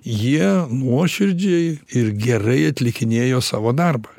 jie nuoširdžiai ir gerai atlikinėjo savo darbą